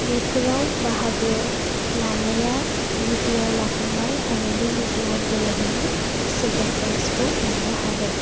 बेफोराव बाहागो लानाया लुदुआव लाखांबाय आङो बे लुदुआव गेलेनानै सेकेन्ड प्राइजखौ मोन्नो हादों